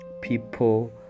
people